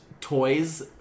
toys